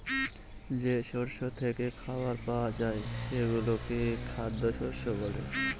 যে শস্য থেকে খাবার পাওয়া যায় সেগুলোকে খ্যাদ্যশস্য বলে